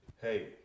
hey